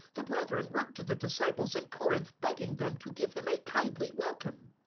the brethren wrote to the disciples in corinth begging them to give him a kindly welcome.